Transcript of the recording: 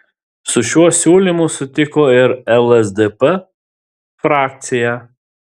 su šiuo siūlymu sutiko ir lsdp frakcija